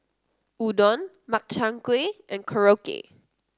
Udon Makchang Gui and Korokke